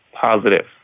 positive